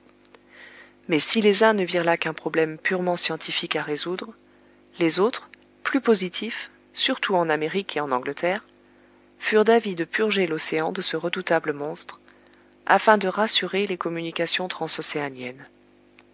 mais si les uns ne virent là qu'un problème purement scientifique à résoudre les autres plus positifs surtout en amérique et en angleterre furent d'avis de purger l'océan de ce redoutable monstre afin de rassurer les communications transocéaniennes